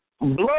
blood